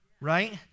Right